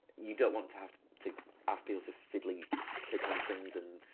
you don't want to have to to ask people to fiddly click on things and,